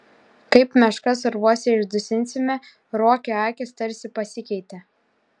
kaip meškas urvuose išdusinsime ruokio akys tarsi pasikeitė